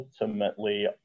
ultimately